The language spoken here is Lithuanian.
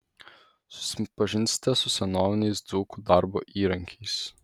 susipažinsite su senoviniais dzūkų darbo įrankiais